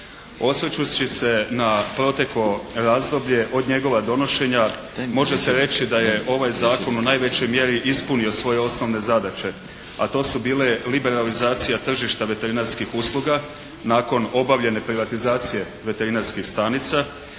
Osvrćući se na proteklo razdoblje od njegova donošenja može se reći da je ovaj zakon u najvećoj mjeri ispunio svoje osnovne zadaće. A to su bile: liberalizacija tržišta veterinarskih usluga nakon obavljene privatizacije veterinarskih stanica.